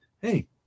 hey